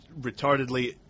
retardedly –